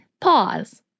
pause